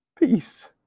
Peace